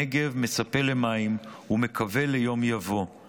// הנגב מצפה למים ומקווה ליום יבוא /